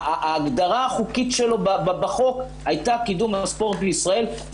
ההגדרה החוקית שלו בחוק הייתה קידום הספורט בישראל.